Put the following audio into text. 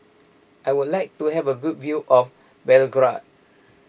I would like to have a good view of Belgrade